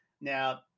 Now